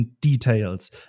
details